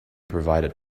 provided